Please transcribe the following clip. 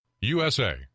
USA